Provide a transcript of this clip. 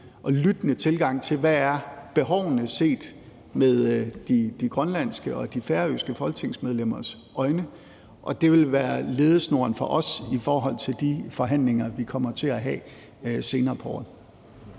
og lyttende tilgang til, hvad behovene er set med de grønlandske og de færøske folketingsmedlemmers øjne. Det vil være ledesnoren for os i forhold til de forhandlinger, vi kommer til at have senere på året.